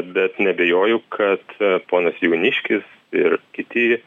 bet neabejoju kad ponas jauniškis ir kiti